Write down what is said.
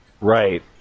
Right